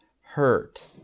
hurt